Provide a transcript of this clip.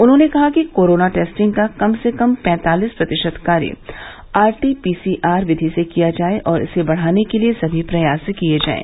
उन्होंने कहा कि कोरोना टेस्टिंग का कम से कम पैंतालिस प्रतिशत कार्य आरटीपीसीआर विधि से किया जाये और इसे बढ़ाने के लिए समी प्रयास किये जायें